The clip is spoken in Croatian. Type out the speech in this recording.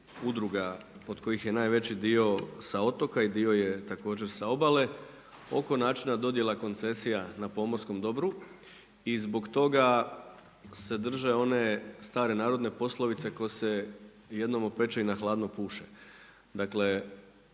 od kojih je najveći dio sa otoka i dio je također sa obale oko načina dodjela koncesija na pomorskom dobru i zbog toga se drže one stare narodne poslovice tko se jednom opeče i na hladno puše.